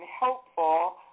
helpful